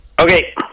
okay